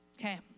okay